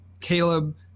Caleb